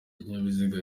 ibinyabiziga